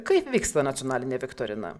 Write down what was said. kaip vyksta nacionalinė viktorina